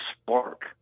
spark